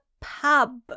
pub